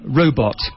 robot